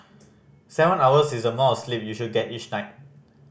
seven hours is the amount sleep you should get each night